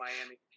Miami